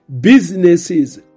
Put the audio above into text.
businesses